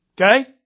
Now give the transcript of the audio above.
Okay